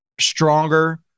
stronger